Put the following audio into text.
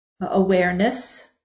awareness